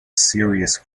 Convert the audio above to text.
serious